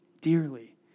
dearly